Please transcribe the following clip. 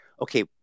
okay